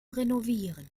renovieren